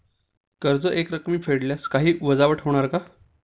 कर्ज एकरकमी फेडल्यास काही वजावट होणार का?